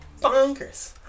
bonkers